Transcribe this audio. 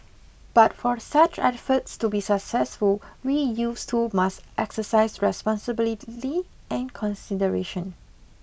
but for such efforts to be successful we youths too must exercise responsibility and consideration